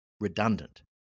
redundant